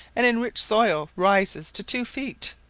and in rich soil rises to two feet,